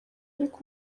ariko